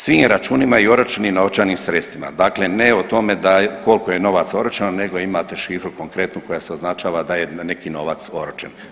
Svim računima i oročenim novčanim sredstvima, dakle ne o tome da koliko je novaca oročeno, nego imate šifru konkretnu kojom se označava da je neki novac oročen.